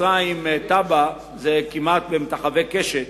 מצרים וטאבה זה כמטווחי קשת,